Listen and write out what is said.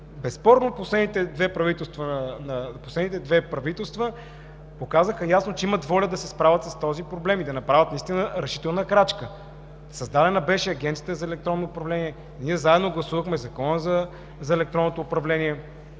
безспорно последните две правителства показаха ясно, че имат воля да се справят с този проблем и да направят решителна крачка. Създадена беше Агенцията „Електронно управление“. Заедно гласувахме Закона за електронното управление.